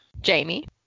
Jamie